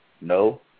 No